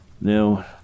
Now